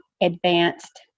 advanced